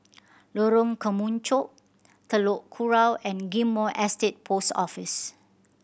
Lorong Kemunchup Telok Kurau and Ghim Moh Estate Post Office